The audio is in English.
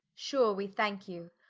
sure we thanke you.